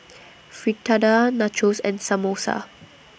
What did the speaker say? Fritada Nachos and Samosa